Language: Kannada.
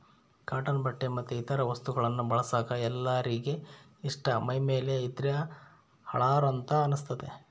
ಕಾಟನ್ ಬಟ್ಟೆ ಮತ್ತೆ ಇತರ ವಸ್ತುಗಳನ್ನ ಬಳಸಕ ಎಲ್ಲರಿಗೆ ಇಷ್ಟ ಮೈಮೇಲೆ ಇದ್ದ್ರೆ ಹಳಾರ ಅಂತ ಅನಸ್ತತೆ